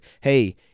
hey